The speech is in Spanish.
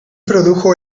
produjo